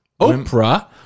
Oprah